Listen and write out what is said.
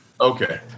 okay